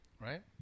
Right